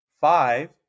Five